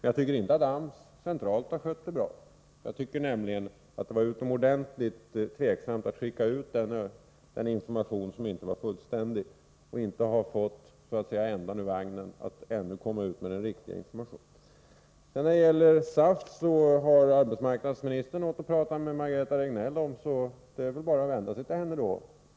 Jag tycker inte att AMS centralt har skött detta bra. Det var utomordentligt tvivelaktigt att skicka ut en information som inte var fullständig och att ännu inte ha fått ”ändan ur vagnen” och komma med den riktiga informationen. När det gäller SAF har arbetsmarknadsministern också pratat med Margareta Regnell, så det är väl bara att vända sig till henne.